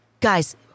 Guys